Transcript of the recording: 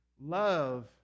love